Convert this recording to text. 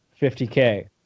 50K